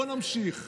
בואו נמשיך.